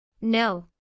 No